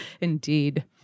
Indeed